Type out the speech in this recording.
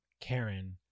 Karen